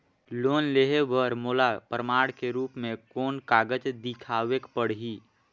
Loan लेहे बर मोला प्रमाण के रूप में कोन कागज दिखावेक पड़ही?